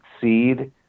seed